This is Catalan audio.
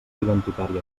identitari